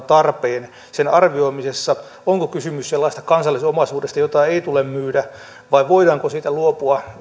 tarpeen sen arvioimisessa onko kysymys sellaisesta kansallisomaisuudesta jota ei tule myydä vai voidaanko siitä luopua